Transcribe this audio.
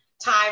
time